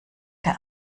der